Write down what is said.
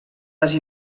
les